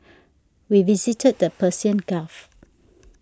we visited the Persian Gulf